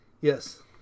Yes